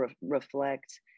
reflect